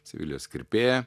sevilijos kirpėją